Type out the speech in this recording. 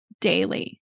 daily